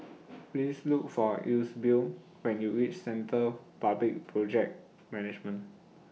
Please Look For Eusebio when YOU REACH Centre For Public Project Management